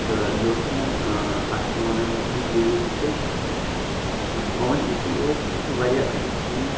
تہٕ یہِ اوس مےٚ اَتھ کیاہ وَنان اَمیکۍ رِووز چھِ بہٕ وَنہٕ یِتُے یوت یہِ چھِ واریاہ اَصٕل کریٖم